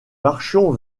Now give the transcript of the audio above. marchions